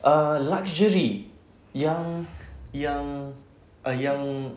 ah luxury yang yang yang